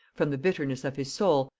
from the bitterness of his soul,